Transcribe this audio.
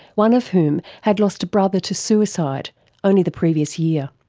one of whom had lost a brother to suicide only the previous year.